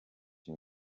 une